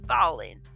falling